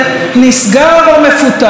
אני יודעת שאצלך,